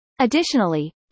Additionally